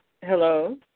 Hello